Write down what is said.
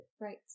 Right